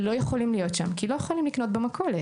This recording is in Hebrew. לא יכולים להיות שם כי לא יכולים לקנות במכולת.